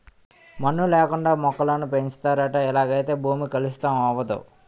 మన్ను లేకుండా మొక్కలను పెంచుతారట ఇలాగైతే భూమి కలుషితం అవదు